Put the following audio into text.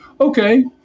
Okay